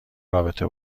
رابطه